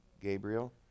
Gabriel